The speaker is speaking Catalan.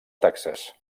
taxes